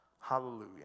Hallelujah